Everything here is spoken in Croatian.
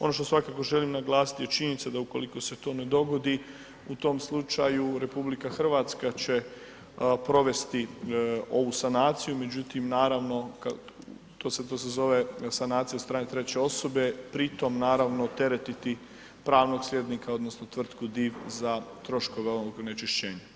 Ono što svakako želim naglasiti je činjenica da ukoliko se to ne dogodi u tom slučaju RH će provesti ovu sanaciju, međutim naravno kad, to se zove sanacija od strane treće osobe, pri tom naravno teretiti pravnog slijednika odnosno tvrtku DIV za troškove ovog onečišćenja.